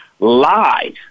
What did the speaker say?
lied